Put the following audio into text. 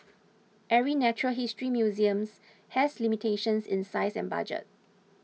every natural history museums has limitations in size and budget